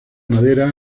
madera